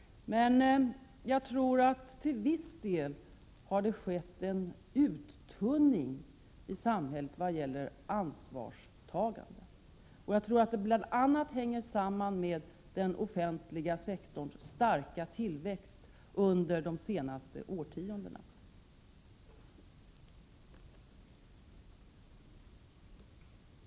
Men jag tror att det till viss del har skett en uttunning i samhället vad gäller ansvarstagandet, och jag tror att det bl.a. hänger samman med den offentliga sektorns starka tillväxt under de senaste årtiondena.